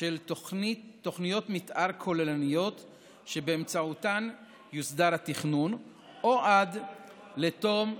של תוכניות מתאר כוללניות שבאמצעותן יוסדר התכנון או עד לתום,